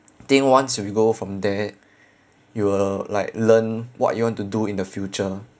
think once we go from there you will like learn what you want to do in the future